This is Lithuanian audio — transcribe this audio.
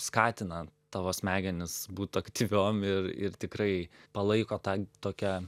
skatina tavo smegenis būt aktyviom ir ir tikrai palaiko tą tokią